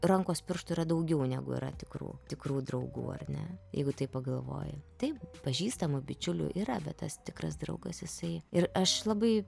rankos pirštų yra daugiau negu yra tikrų tikrų draugų ar ne jeigu taip pagalvoji taip pažįstamų bičiulių yra bet tas tikras draugas jisai ir aš labai